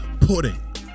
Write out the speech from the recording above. pudding